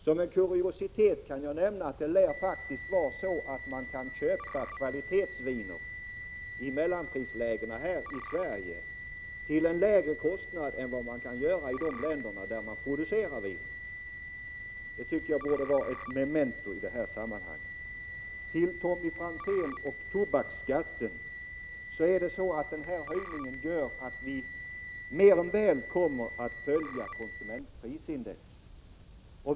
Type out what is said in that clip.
Som en kuriositet kan jag nämna att det lär vara så att man kan köpa kvalitetsviner i mellanprislägena här i Sverige till en lägre kostnad än vad man kan göra i de länder där man producerar vinerna. Det tycker jag borde vara ett memento i detta sammanhang. Till Tommy Franzén vill jag säga att höjningen av tobakskatten gör att vi mer än väl kommer att följa konsumentprisindex.